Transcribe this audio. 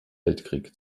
weltkrieg